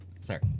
Sorry